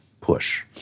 push